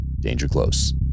DANGERCLOSE